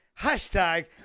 Hashtag